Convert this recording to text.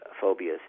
phobias